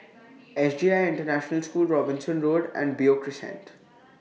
S J I International School Robinson Road and Beo Crescent